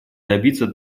добиться